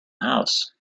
house